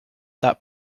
that